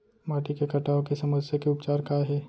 माटी के कटाव के समस्या के उपचार काय हे?